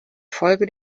folge